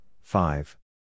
five